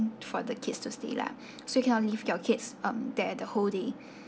for the kids to stay lah so you cannot leave your kids um there the whole day